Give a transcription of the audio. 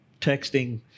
texting